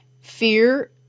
fear